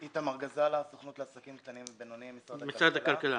הסוכנות לעסקים קטנים ובינוניים, משרד הכלכלה.